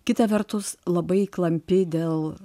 kita vertus labai klampi dėl